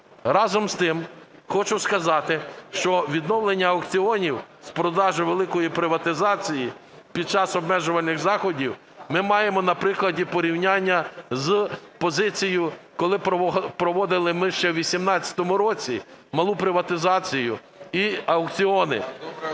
Разом з тим хочу сказати, що відновлення аукціонів з продажу великої приватизації під час обмежувальних заходів ми маємо на прикладі порівняння з позицією, коли проводили ми ще у 18-му році малу приватизацію і аукціони.